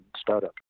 startup